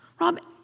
Rob